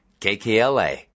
KKLA